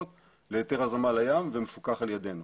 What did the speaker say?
בהיתר הזרמה לים ומפוקח על ידינו.